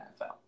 NFL